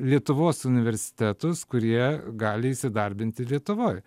lietuvos universitetus kurie gali įsidarbinti lietuvoj